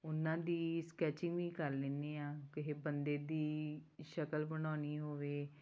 ਉਹਨਾਂ ਦੀ ਸਕੈਚਿੰਗ ਵੀ ਕਰ ਲੈਂਦੇ ਹਾਂ ਕਿਸੇ ਬੰਦੇ ਦੀ ਸ਼ਕਲ ਬਣਾਉਣੀ ਹੋਵੇ